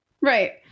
Right